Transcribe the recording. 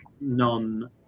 non